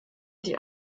die